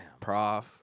Prof